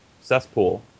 cesspool